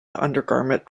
undergarment